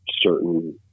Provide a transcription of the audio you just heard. Certain